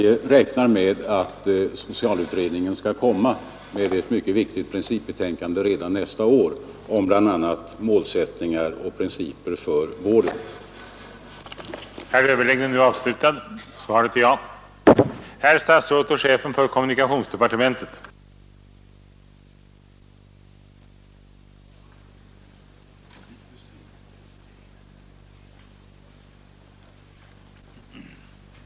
Vi räknar med att socialutredningen redan nästa år skall komma med ett viktigt principbetänkande om bl.a. målsättningar och principer för den framtida socialvården.